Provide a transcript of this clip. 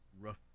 rough